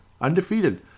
Undefeated